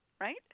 right